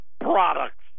products